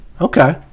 okay